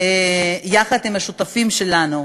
יחד עם השותפים שלנו,